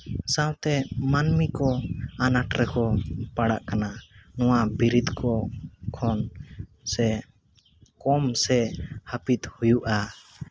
ᱥᱟᱶᱛᱮ ᱢᱟᱹᱱᱢᱤ ᱠᱚ ᱟᱱᱟᱴ ᱨᱮᱠᱚ ᱯᱟᱲᱟᱜ ᱠᱟᱱᱟ ᱱᱚᱣᱟ ᱵᱤᱨᱤᱫ ᱠᱚ ᱠᱷᱚᱱ ᱥᱮ ᱠᱚᱢ ᱥᱮ ᱦᱟᱹᱯᱤᱫ ᱦᱩᱭᱩᱜᱼᱟ